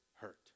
hurt